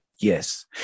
Yes